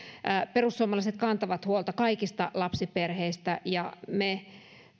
perussuomalaiset kantavat huolta kaikista lapsiperheistä ja me